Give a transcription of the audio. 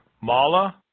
Mala